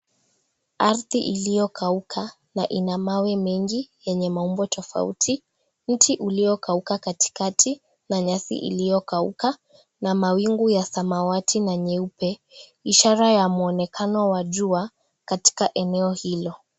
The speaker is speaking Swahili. Ardhi iliyokauka na ina mawe mengi yenye maumbo tofauti, mti uliokauka katikati barafi iliyokauka na mawingu ya samawati na nyeupe ishara ya mwonekano wa jua katika eneo hilo.